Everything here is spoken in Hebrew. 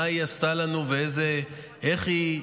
מה היא עשתה לנו ואיך היא,